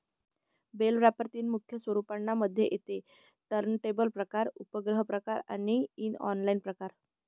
bell wrapper तीन मुख्य स्वरूपांना मध्ये येते टर्नटेबल प्रकार, उपग्रह प्रकार आणि इनलाईन प्रकार